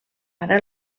ara